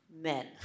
Men